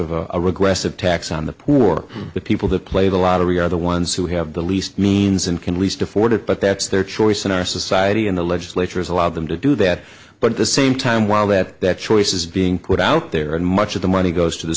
of a regressive tax on the poor the people who play the lottery are the ones who have the least means and can least afford it but that's their choice in our society and the legislature has allowed them to do that but at the same time while that that choice is being put out there and much of the money goes to the